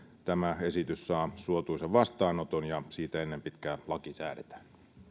tämä esitys saa suotuisan vastaanoton ja siitä ennen pitkää laki säädetään